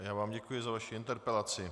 Já vám děkuji za vaši interpelaci.